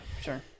sure